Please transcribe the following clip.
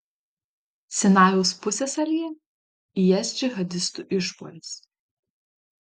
sinajaus pusiasalyje is džihadistų išpuolis